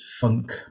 funk